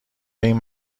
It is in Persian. این